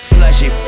Slushy